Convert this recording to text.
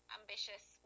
ambitious